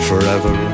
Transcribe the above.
Forever